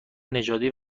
نژادی